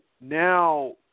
now